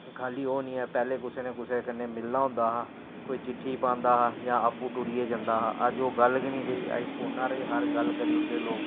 खाल्ली ओह् निं ऐ पैह्लें कुसै ना कुसै कन्नै मिलना होंदा हा कोई चिट्ठी पांदा हा जां आपूं टुरियै जंदा हा अज्ज ओह् गल्ल गै नेईं रेही अज्ज फोन्ना उप्पर गै हर गल्ल करी ओड़दे लोग